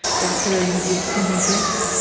dr and mrs henry draper.